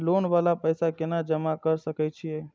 Loan वाला पैसा केना जमा कर सके छीये?